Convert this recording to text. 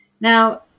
Now